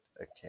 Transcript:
Okay